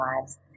lives